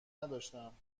نداشتم